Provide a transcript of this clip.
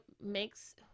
makes